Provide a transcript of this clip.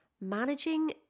managing